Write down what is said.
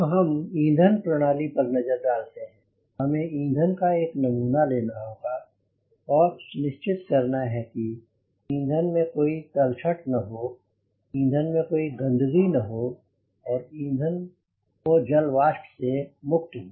अब हम ईंधन प्रणाली पर नज़र डालते हैं हमें ईंधन का एक नमूना लेना होगा और सुनिश्चित करना है की ईंधन में कोई तलछट न हो ईंधन में कोई गन्दगी न हो और ईंधन को जल वाष्प से मुक्त हो